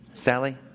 Sally